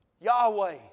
Yahweh